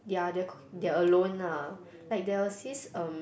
ya they are c~ they are alone lah like there was this um